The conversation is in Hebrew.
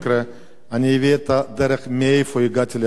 אביא את הדרך, מאיפה הגעתי להחלטות האלה.